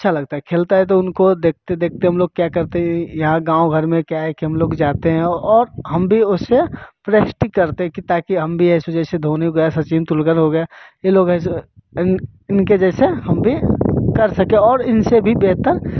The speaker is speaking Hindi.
अच्छा लगता है खेलता है तो उनको देखते देखते हम लोग क्या करते हैं यहाँ गाँव घर में क्या है कि हम लोग जाते हैं और हम भी उससे प्रेस्टिक करते की ताकि हम भी ऐसे जैसे धोनी गए या सचिन तेंदुलकर हो गया ये लोग इन इनके जैसे हम भी कर सके और इनसे भी बेहतर